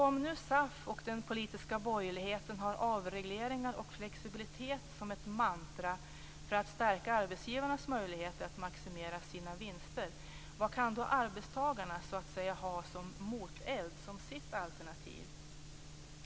Om nu SAF och den politiska borgerligheten har avregleringar och flexibilitet som ett mantra för att stärka arbetsgivarens möjlighet att maximera sina vinster, vad kan då arbetstagarns så att säga ha som moteld, som sitt alternativ?